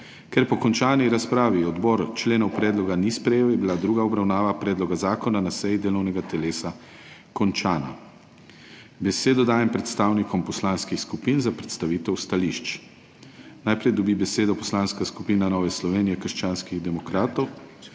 Ker po končani razpravi odbor členov predloga ni sprejel, je bila druga obravnava predloga zakona na seji delovnega telesa končana. Besedo dajem predstavnikom poslanskih skupin za predstavitev stališč. Najprej dobi besedo Poslanska skupina Nova Slovenija – krščanski demokrati,